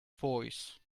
voice